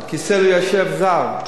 על כיסא לא ישב זר.